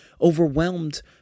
overwhelmed